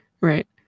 Right